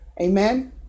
Amen